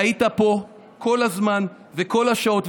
על שהיית פה כל הזמן וכל השעות,